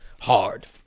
hard